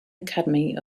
academy